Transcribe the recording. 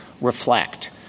reflect